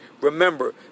remember